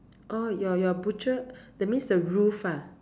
oh your your butcher that means the roof ah